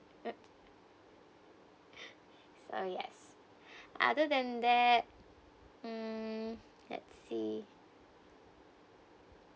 uh so yes other than that um let's see